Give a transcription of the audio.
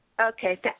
Okay